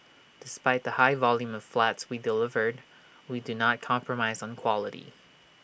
despite the high volume of flats we delivered we do not compromise on quality